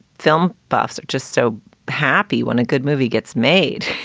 film buffs are just so happy when a good movie gets made